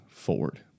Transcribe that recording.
Forward